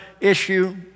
issue